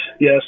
Yes